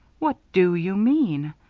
what do you mean?